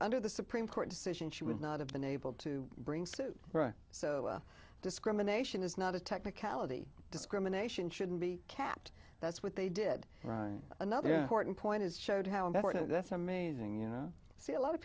under the supreme court decision she would not have been able to bring suit so discrimination is not a technicality discrimination shouldn't be capped that's what they did another important point is showed how important this amazing you know see a lot of